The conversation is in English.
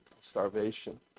starvation